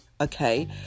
okay